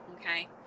okay